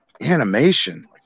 animation